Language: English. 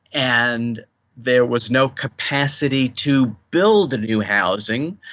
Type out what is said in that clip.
and there was no capacity to build the new housing,